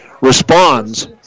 responds